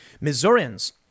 Missourians